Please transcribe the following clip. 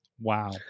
Wow